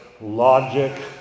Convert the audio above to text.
logic